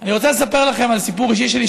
אני רוצה לספר לכם סיפור אישי שלי,